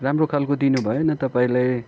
राम्रो खालको दिनु भएन तपाईँले